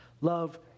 Love